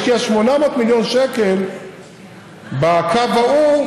היא השקיעה 800 מיליון שקל בקו ההוא,